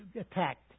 attacked